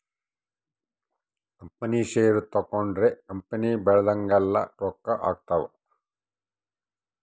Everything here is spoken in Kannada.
ಕಂಪನಿ ಷೇರು ತಗೊಂಡ್ರ ಕಂಪನಿ ಬೆಳ್ದಂಗೆಲ್ಲ ರೊಕ್ಕ ಆಗ್ತವ್